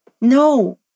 no